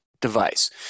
device